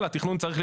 הזכרת חינוך,